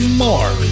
more